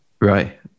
Right